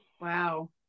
Wow